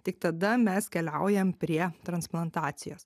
tik tada mes keliaujam prie transplantacijos